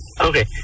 Okay